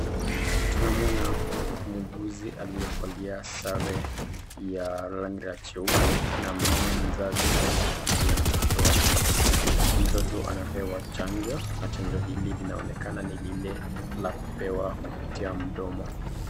Tunamuona muuguzi aliyevalia sare ya rangi la cheupe na mmama mzazi aliyeshikilia mtoto wake. Mtoto anapewa chanjo na chanjo hili linaonekana ni lile la kupewa kupitia mdomo.